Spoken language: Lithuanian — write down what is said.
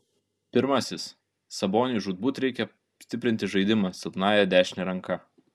pirmasis saboniui žūtbūt reikia stiprinti žaidimą silpnąja dešine ranka